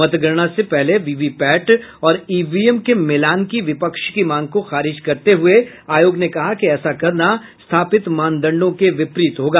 मतगणना से पहले वीवीपैट और ईवीएम के मिलान की विपक्ष की मांग को खारिज करते हुए आयोग ने कहा कि ऐसा करना स्थापित मानदंडों के विपरीत होगा